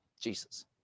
Jesus